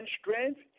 strength